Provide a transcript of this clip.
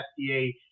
FDA